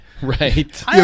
Right